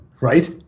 right